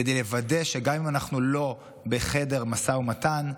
כדי לוודא שגם אם אנחנו לא בחדר המשא ומתן,